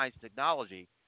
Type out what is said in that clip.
technology